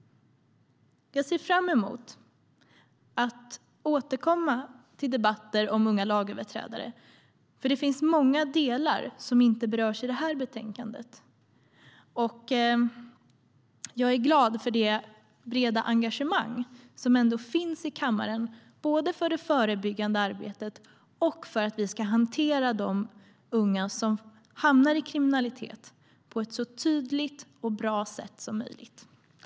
Jag ser fram emot att återkomma till debatter om unga lagöverträdare. Det finns nämligen många delar som inte berörs i det här betänkandet. Och jag är glad för det breda engagemang som ändå finns i kammaren, både för det förebyggande arbetet och för att vi ska hantera de unga som hamnar i kriminalitet på ett så tydligt och bra sätt som möjligt.